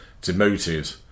demoted